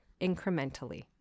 incrementally